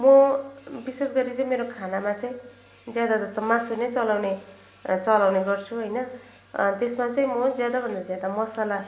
म विशेष गरी चाहिँ मेरो खानामा चाहिँ ज्यादा जस्तो मासु नै चलाउने चलाउने गर्छु होइन त्यसमा चाहीँ म ज्यादाभन्दा ज्यादा मसला